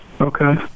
Okay